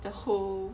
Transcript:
the whole